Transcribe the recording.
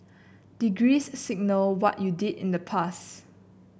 degrees signal what you did in the past